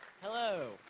Hello